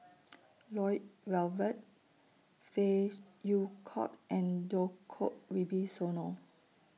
Lloyd Valberg Phey Yew Kok and Djoko Wibisono